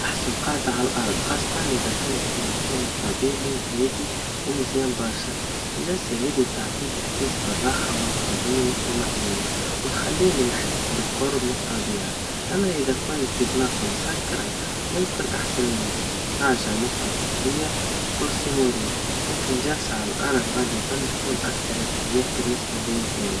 أحسن قاعدا عالأرض, خاصةً إذا كنت في مكان طبيعي وهادي, ومزيان برشا, الجلسا هاذي تعطيك إحساس بالراحا والحريا, والطمأنينا, وتخليني نحس بالقرب مالطبيعا, أما إذا كنت في مكان مسكرممكن أحسن حاجا نقعد هيا, كرسي مريح, لكن جلسا عالأرض غالباً تكوتن أكثر ارتياح بالنسبا ليا أنا.